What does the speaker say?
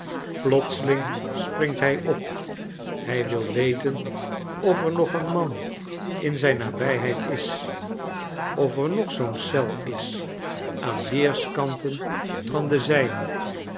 plotseling springt hij op hij wil weten of er nog een man in zijn nabijheid is of er nog zoo'n eel is aan weerskanten van de zijne